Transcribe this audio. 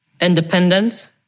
independence